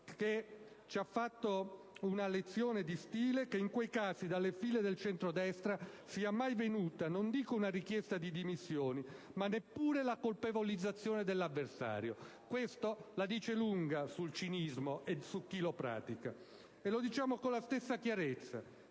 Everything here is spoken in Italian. che ci ha fatto una lezione di stile, non ci pare che in quei casi dalle file del centro-destra sia mai venuta non dico una richiesta di dimissioni, ma neppure la colpevolizzazione dell'avversario: e questo la dice lunga sul cinismo e su chi lo pratica. Con la stessa chiarezza,